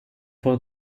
for